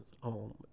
home